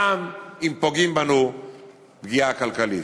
גם אם פוגעים בנו פגיעה כלכלית.